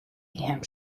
him